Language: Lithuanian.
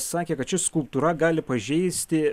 sakė kad ši skulptūra gali pažeisti